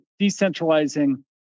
decentralizing